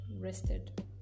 rested